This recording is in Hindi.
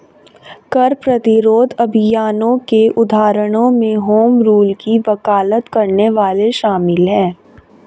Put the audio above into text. कर प्रतिरोध अभियानों के उदाहरणों में होम रूल की वकालत करने वाले शामिल हैं